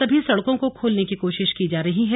सभी सड़कों को खोलने की कोशिश की जा रही है